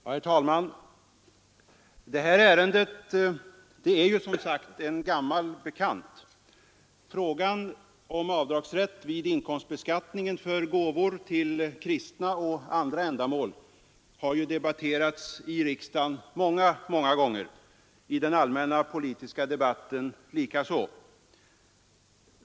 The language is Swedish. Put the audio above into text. Herr talman! Det här ärendet är som sagt en gammal bekant. Frågan om avdragsrätt vid inkomstbeskattningen för gåvor till kristna och andra ändamål har många gånger diskuterats i riksdagen och i den allmäna politiska debatten.